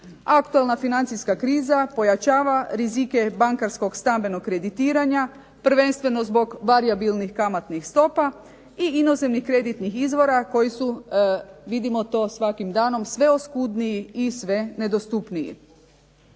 Aktualna financijska kriza pojačava rizike bankarskog stambenog kreditiranja prvenstveno zbog varijabilnih kamatnih stopa i inozemnih kreditnih izvora koji su, vidimo to svakim danom, sve oskudniji i sve nedostupniji.